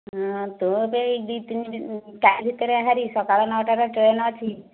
ହଁ ତୁ ସେଇ ଦୁଇ ତିନି ଦିନ ତା ଭିତରେ ଆ ଭାରି ସକାଳ ନଅଟାରେ ଟ୍ରେନ୍ ଅଛି